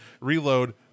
reload